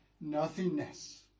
nothingness